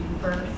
first